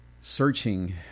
searching